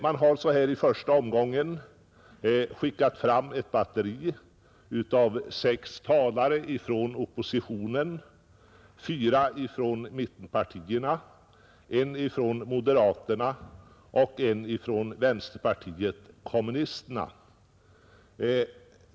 Man har så här i första omgången skickat fram ett batteri av sex talare från oppositionen: fyra från mittenpartierna, en från moderaterna och en från vänsterpartiet kommunisterna.